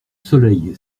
soleil